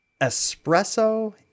espresso